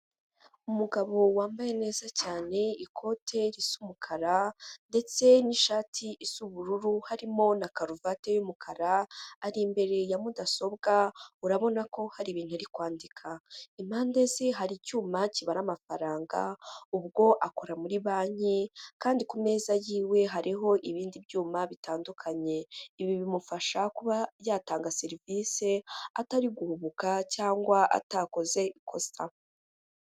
Umugabo wambaye neza cyane, ikote risa umukara ndetse n'ishati isa ubururu harimo na karuvati y'umukara, ari imbere ya mudasobwa urabona ko hari ibintu ari kwandika, impande ze hari icyuma kibara amafaranga ubwo akora muri banki kandi ku meza yiwe hariho ibindi byuma bitandukanye, ibi bimufasha kuba yatanga serivisi atari guhubuka cyangwa atakoze ikosa.